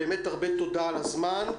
באמת הרבה תודה על הזמן.